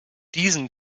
diesen